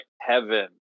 heaven